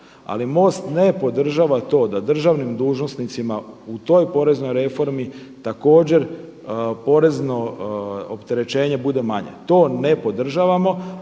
Ali MOST ne podržava to da državnim dužnosnicima u toj poreznoj reformi također porezno opterećenje bude manje. To ne podržavamo